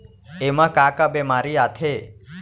एमा का का बेमारी आथे?